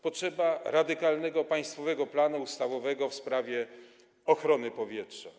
Potrzeba radykalnego państwowego planu ustawowego w sprawie ochrony powietrza.